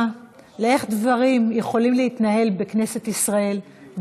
לאיך דברים יכולים להתנהל בכנסת ישראל,